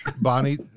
bonnie